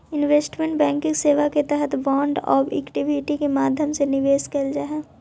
investment banking सेवा के तहत बांड आउ इक्विटी के माध्यम से निवेश कैल जा हइ